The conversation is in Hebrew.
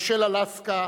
מושל אלסקה